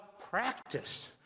practice